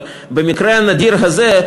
אבל במקרה הנדיר הזה,